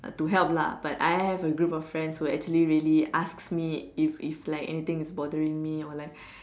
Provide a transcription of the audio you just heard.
uh to help lah but I have a group of friends who actually really asks me if if like anything is bothering me or like